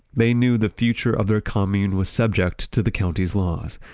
they knew the future of their commune was subject to the county's laws.